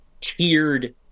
tiered